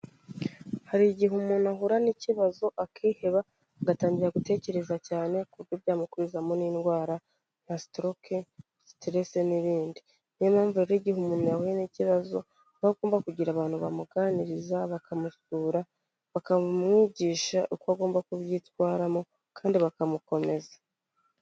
Hari igihe umuntu ahura n'ikibazo akiheba agatangira gutekereza cyane kuko byamukurizamo nk'indwara nka stroke, stress n'ibindi. Ni yo mpamvu rero igihe umuntu yahuye n'ikibazo aba agomba kugira abantu bamuganiriza bakamusura bakamwigisha uko agomba kubyitwaramo kandi bakamukomeza.